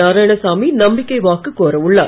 நாராயணசாமி நம்பிக்கை வாக்கு கோர உள்ளார்